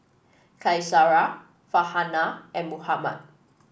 Qaisara Farhanah and Muhammad